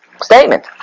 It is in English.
statement